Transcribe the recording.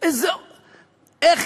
איך